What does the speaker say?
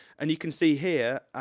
and you can see here,